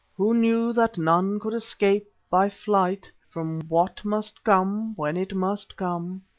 who knew that none can escape by flight from what must come when it must come.